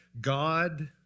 God